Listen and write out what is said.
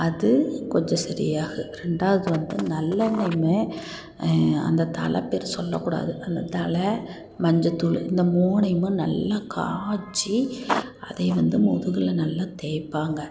அது கொஞ்சம் சரியா ஆகும் ரெண்டாவது வந்து நல்லெண்ணெயும் அந்த தழை பெயரு சொல்ல கூடாது அந்த தழை மஞ்சள் தூள் இந்த மூணையும் நல்லா காய்ச்சி அதை வந்து முதுகில் நல்லா தேய்ப்பாங்கள்